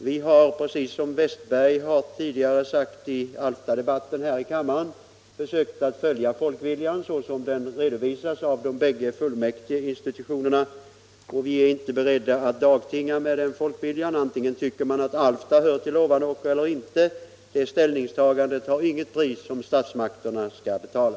Vi har, precis som herr Westberg i Ljusdal tidigare sagt i Alftadebatten här i kammaren, försökt följa folkviljan så som den redovisas av de bägge fullmäktigeinstitutionerna, och vi är inte beredda att dagtinga med den folkviljan. Antingen tycker man att Alfta hör till Ovanåker, eller inte. Det ställningstagandet har inget pris som statsmakterna skall betala.